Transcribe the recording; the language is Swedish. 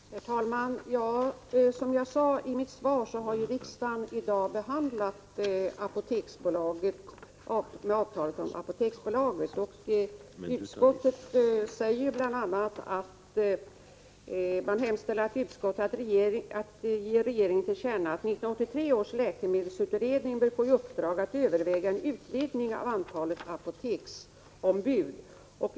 Herr talman! Som jag sade i mitt svar, har riksdagen i dag behandlat frågan om avtalet mellan staten och Apoteksbolaget. I sitt betänkande hemställde socialutskottet att riksdagen skulle ge regeringen till känna att 1983 års läkemedelsutredning bör få i uppdrag att överväga en utvidgning av antalet apoteksombud.